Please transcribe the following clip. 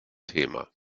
thema